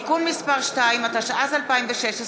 (תיקון מס' 2), התשע"ז 2016,